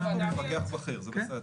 אז בואו נכתוב המפקח הבכיר, זה בסדר.